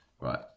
Right